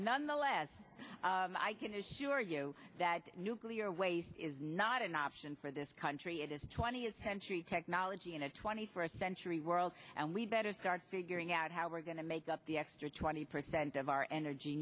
nonetheless i can assure you that nuclear waste is not an option for this country it is a twentieth century technology in a twenty first century world and we'd better start figuring out how we're going to make up the extra twenty percent of our energy